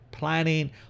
planning